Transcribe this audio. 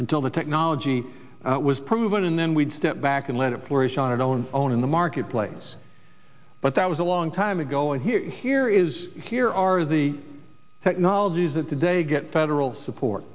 until the technology was proven and then we'd step back and let it flourish on its own own in the marketplace but that was a long time ago and here here is here are the technologies that today get federal support